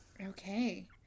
Okay